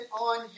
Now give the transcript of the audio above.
on